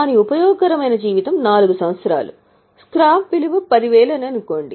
దాని ఉపయోగకరమైన జీవితం 4 సంవత్సరాలు స్క్రాప్ విలువ 10000 అని అనుకోండి